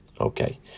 Okay